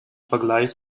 vergleich